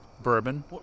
bourbon